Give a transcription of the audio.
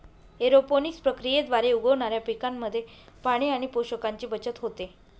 aeroponics प्रक्रियेद्वारे उगवणाऱ्या पिकांमध्ये पाणी आणि पोषकांची बचत होते